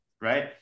right